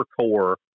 core